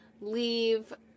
leave